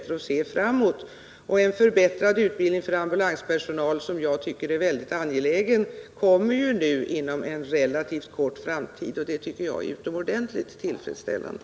En förbättrad utbildning för ambulansförare — en för mig synnerligen angelägen fråga — skall inom en relativt kort framtid komma i gång, och det tycker jag är utomordentligt tillfredsställande.